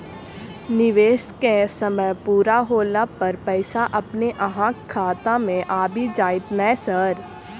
निवेश केँ समय पूरा होला पर पैसा अपने अहाँ खाता मे आबि जाइत नै सर?